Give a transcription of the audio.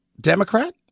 Democrat